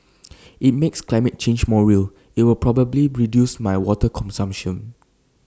IT makes climate change more real and will probably reduce my water consumption